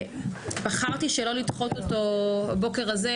בחרתי שלא לדחות אותו הבוקר הזה,